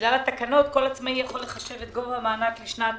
בגלל התקנות כל עצמאי יכול לחשב את גובה המענק לשנת